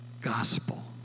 gospel